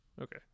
okay